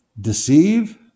deceive